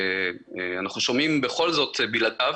ואנחנו שומעים בכל זאת בלעדיו,